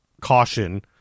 caution